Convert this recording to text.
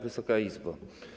Wysoka Izbo!